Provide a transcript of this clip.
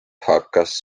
hakkas